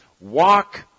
walk